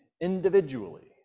individually